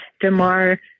demar